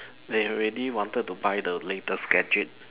they already wanted to buy the latest gadget